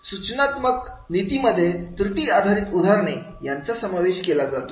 सूचनात्मक नीतीमध्ये त्रुटी आधारित उदाहरणे यांचा समावेश केला जातो